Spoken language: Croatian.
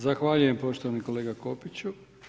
Zahvaljujem poštovani kolega Kopiću.